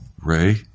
Ray